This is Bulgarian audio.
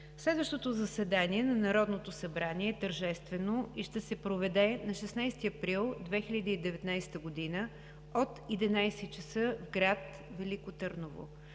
Следващото заседание на Народното събрание – тържествено, и ще се проведе на 16 април 2019 г. от 11,00 ч. в град Велико Търново.